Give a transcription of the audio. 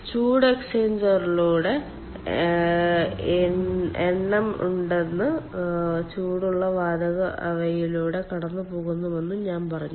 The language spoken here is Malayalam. ചൂട് എക്സ്ചേഞ്ചറുകളുടെ എണ്ണം ഉണ്ടെന്നും ചൂടുള്ള വാതകം അവയിലൂടെ കടന്നുപോകുമെന്നും ഞാൻ പറഞ്ഞു